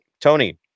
Tony